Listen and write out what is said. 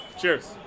Cheers